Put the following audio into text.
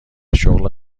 شغل